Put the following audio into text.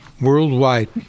worldwide